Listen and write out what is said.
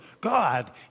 God